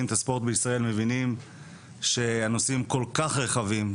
את הספורט בישראל מבינים שהנושאים כל כך רחבים,